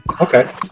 Okay